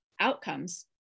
outcomes